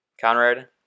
Conrad